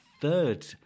third